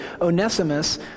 Onesimus